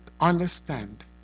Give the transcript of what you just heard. understand